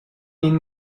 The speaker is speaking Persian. این